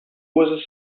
was